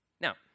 Now